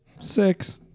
six